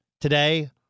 today